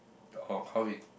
orh okay